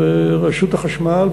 ורשות החשמל,